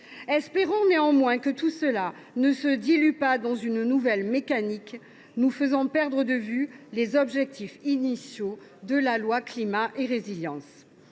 Espérons, néanmoins, que toutes ces dispositions ne se dilueront pas dans une nouvelle mécanique, nous faisant perdre de vue les objectifs initiaux de la loi Climat et Résilience.